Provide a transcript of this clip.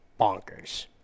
bonkers